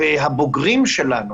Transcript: הבוגרים שלנו,